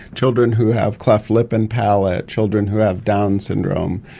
children who have cleft lip and palate, children who have downs syndrome,